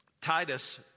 Titus